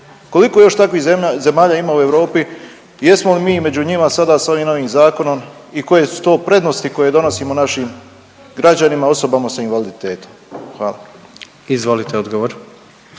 Koliko još takvih zemlja, zemalja ima u Europu i jesmo li mi među njima sada s ovim novim zakonom i koje su to prednosti koje donosimo našim građanima osobama sa invaliditetom? Hvala. **Jandroković,